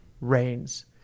reigns